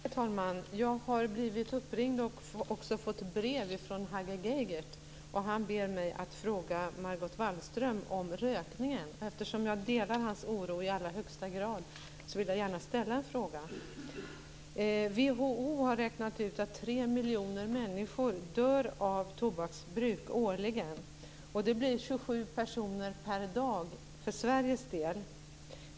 Herr talman! Jag har blivit uppringd av och också fått brev från Hagge Geigert. Han ber mig att fråga Margot Wallström om rökningen. Eftersom jag delar hans oro i allra högsta grad, vill jag gärna ställa en fråga. WHO har räknat ut att 3 miljoner människor årligen dör av tobaksbruk. Det blir 27 personer per dag för Sveriges del.